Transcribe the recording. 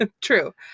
True